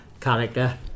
character